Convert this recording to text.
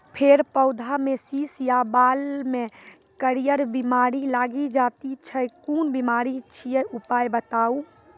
फेर पौधामें शीश या बाल मे करियर बिमारी लागि जाति छै कून बिमारी छियै, उपाय बताऊ?